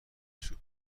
سوپ